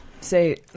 say